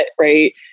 Right